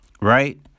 right